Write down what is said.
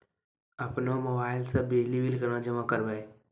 अपनो मोबाइल से बिजली बिल केना जमा करभै?